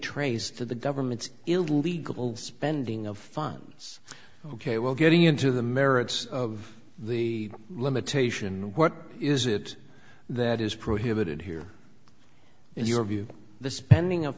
traced to the government's illegal spending of funds ok well getting into the merits of the limitation what is it that is prohibited here in your view the spending of